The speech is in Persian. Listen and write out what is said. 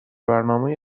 برنامه